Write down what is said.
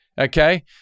Okay